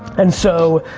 and so,